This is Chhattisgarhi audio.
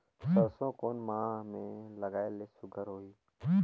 सरसो कोन माह मे लगाय ले सुघ्घर होही?